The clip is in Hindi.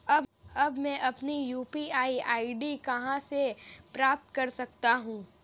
अब मैं अपनी यू.पी.आई आई.डी कहां से प्राप्त कर सकता हूं?